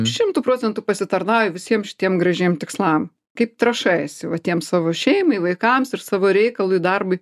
šimtu procentu pasitarnauja visiem šitiem gražiem tikslam kaip trąša esi va tiem savo šeimai vaikams ir savo reikalui darbui